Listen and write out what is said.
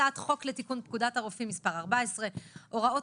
הצעת חוק לתיקון פקודת הרופאים (מס' 14) (הוראות